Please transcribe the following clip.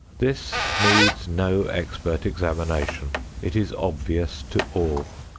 this needs no expert examination. it is obvious to all.